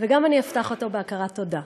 גם אני אפתח אותו בהכרת תודה.